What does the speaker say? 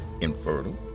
infertile